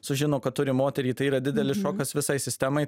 sužino kad turi moterį tai yra didelis šokas visai sistemai